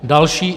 Další